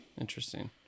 interesting